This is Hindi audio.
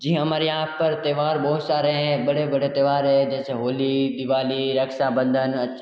जी हमारे यहाँ पर त्यौहार बहुत सारे हैं बड़े बड़े त्यौहार है जैसे होली दिवाली रक्षाबंधन